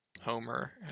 homer